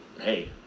hey